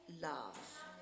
love